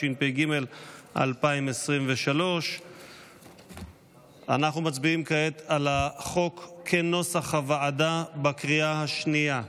התשפ"ג 2023. אנחנו מצביעים כעת על החוק כנוסח הוועדה בקריאה השנייה.